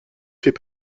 fait